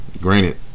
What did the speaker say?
Granted